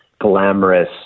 glamorous